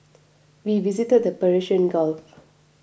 we visited the Persian Gulf